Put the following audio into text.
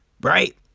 Right